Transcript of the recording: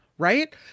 Right